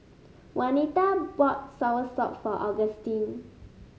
Wanita bought soursop for Augustine